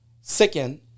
second